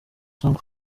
song